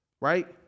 right